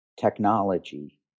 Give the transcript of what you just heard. technology